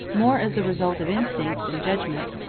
more as the result of instinct than judgment,